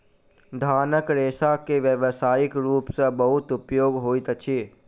धानक रेशा के व्यावसायिक रूप सॅ बहुत उपयोग होइत अछि